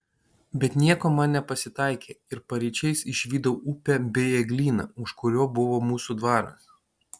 bet nieko man nepasitaikė ir paryčiais išvydau upę bei eglyną už kurio buvo mūsų dvaras